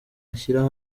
ashyira